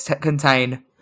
contain